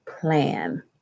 plan